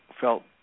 felt